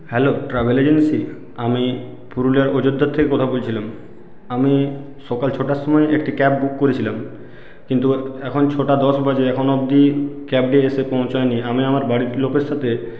hello travel agency আমি পুরুলিয়ার অযোধ্যা থেকে কথা বলছিলাম আমি সকাল ছটার সময় একটি ক্যাব বুক করেছিলাম কিন্তু এখন ছটা দশ বাজে এখনো অবধি ক্যাবটি এসে পৌঁছোয়নি আমি আমার বাড়ির লোকের সাথে